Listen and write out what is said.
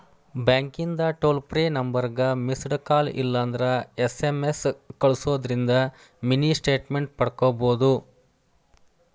ಬ್ಯಾಂಕಿಂದ್ toll free ನಂಬರ್ಗ missed call ಇಲ್ಲಂದ್ರ ಎಸ್.ಎಂ.ಎಸ್ ಕಲ್ಸುದಿಂದ್ರ ಮಿನಿ ಸ್ಟೇಟ್ಮೆಂಟ್ ಪಡ್ಕೋಬೋದು